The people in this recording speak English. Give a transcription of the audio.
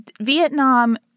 Vietnam